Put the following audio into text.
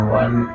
one